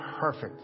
perfect